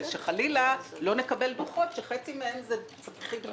כדי שחלילה לא נקבל דוחות שחצי מהם זה צפיחית בדבש,